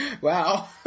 Wow